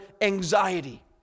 anxiety